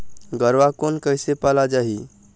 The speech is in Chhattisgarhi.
गरवा कोन कइसे पाला जाही?